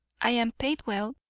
i am paid well.